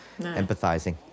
empathizing